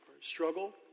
struggle